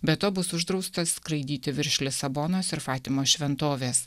be to bus uždrausta skraidyti virš lisabonos ir fatimos šventovės